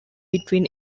between